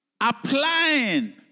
applying